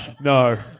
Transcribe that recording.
No